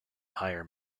higher